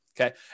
okay